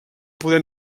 poder